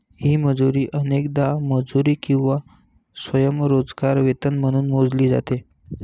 ही मजुरी अनेकदा मजुरी किंवा स्वयंरोजगार वेतन म्हणून मोजली जाते